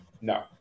no